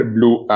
Blue